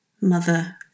mother